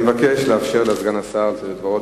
אני מבקש לאפשר לסגן השר לשאת את דברו.